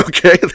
Okay